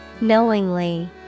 Knowingly